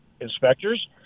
inspectors